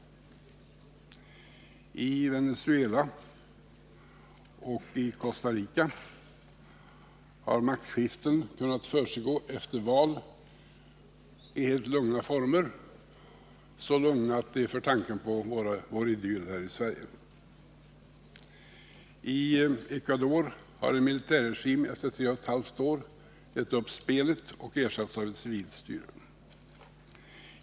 I Venezuela och Costa Rica har maktskiften kunnat försiggå efter val i helt lugna former, så lugna att de för tanken till vår idyll här i Sverige. I Ecuador har en militärregim efter tre och ett halvt år gett upp spelet och ersatts av ett civilt styre.